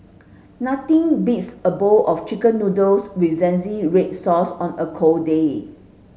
nothing beats a bowl of chicken noodles with zingy red sauce on a cold day